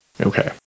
Okay